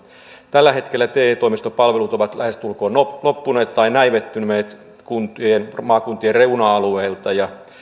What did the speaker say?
tällä hetkellä te toimistopalvelut ovat lähestulkoot loppuneet tai näivettyneet maakuntien reuna alueilta ja